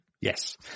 Yes